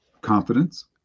confidence